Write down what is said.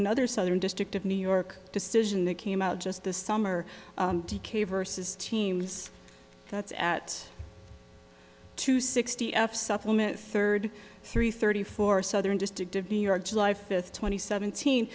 another southern district of new york decision that came out just this summer dk versus teams that's at two sixty f supplement third three thirty four southern district of new york july fifth twenty seventeen